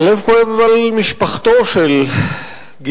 הלב כואב על משפחתו של גלעד,